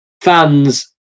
fans